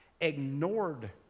ignored